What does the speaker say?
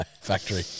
factory